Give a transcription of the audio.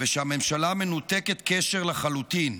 ושהממשלה מנותקת קשר לחלוטין.